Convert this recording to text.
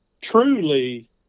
truly